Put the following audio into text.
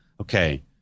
okay